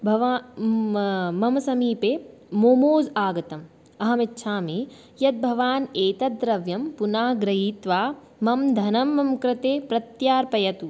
भवां मम समीपे मोमोस् आगतम् अहं इच्छामि यत् भवान् एतत् द्रव्यं पुनः ग्रहीत्वा मम धनं मम कृते प्रत्यार्पयतु